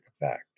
effect